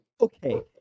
Okay